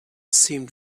seemed